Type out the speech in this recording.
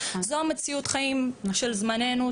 זו המציאות חיים בזמננו,